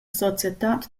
societad